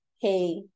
hey